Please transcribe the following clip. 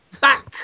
back